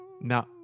now